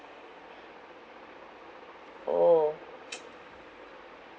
orh